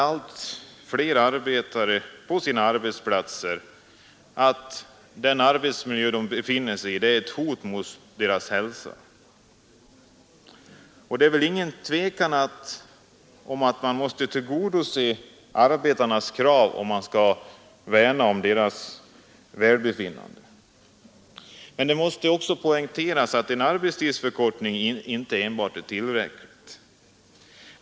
Allt flera arbetare känner att den arbetsmiljö de befinner sig i är ett hot mot deras hälsa, Det råder väl inget tvivel om att man måste tillgodose arbetarnas krav om man skall värna om deras välbefinnande. Men det måste också poängteras att enbart en arbetstidsförkortning inte är tillräcklig.